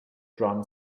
drum